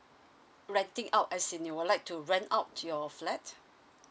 renting out as in you would like to rent out your flat